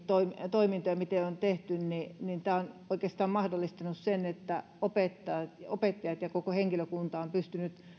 toimintoja miten on tehty on oikeastaan mahdollistanut sen että opettajat ja koko henkilökunta on pystynyt